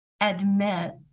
admit